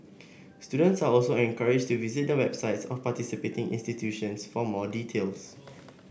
students are also encouraged to visit the websites of participating institutions for more details